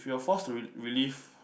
if you are forced to re~ relive